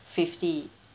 fifty